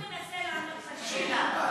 הוא בדיוק מנסה לענות על השאלה.